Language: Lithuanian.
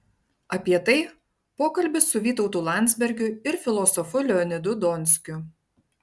apie tai pokalbis su vytautu landsbergiu ir filosofu leonidu donskiu